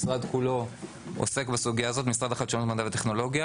משרד החדשנות, המדע והטכנולוגיה